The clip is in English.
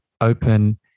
open